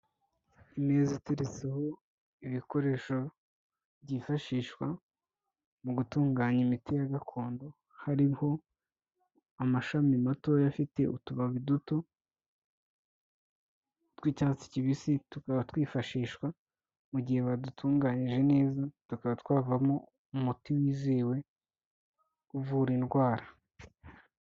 Imeza iteretseho ibikoresho byifashishwa mu gutunganya imiti ya gakondo, hariho amashami matoya afite utubabi duto tw'icyatsi kibisi, tukaba twifashishwa mu gihe badutunganyije neza, tukaba twavamo umuti wizewe uvura indwara.